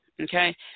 okay